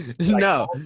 no